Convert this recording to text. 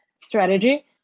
strategy